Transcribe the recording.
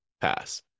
pass